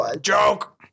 Joke